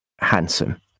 handsome